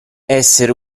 essere